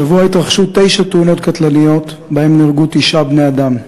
השבוע התרחשו תשע תאונות קטלניות שבהן נהרגו תשעה בני-אדם: